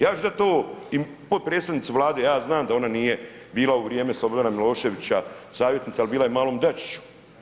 Ja ću dati ovo i potpredsjednici Vlade, ja znam da ona nije bila u vrijeme Slobodana Miloševića savjetnica, ali bila je malom Dačiću.